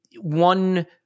one